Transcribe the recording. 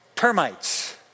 Termites